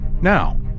Now